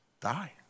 Die